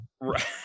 right